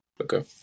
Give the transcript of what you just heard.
Okay